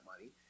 money